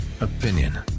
opinion